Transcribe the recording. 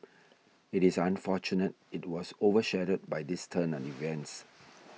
it is unfortunate it was over shadowed by this turn of events